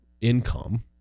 income